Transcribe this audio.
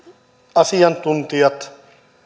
asiantuntijat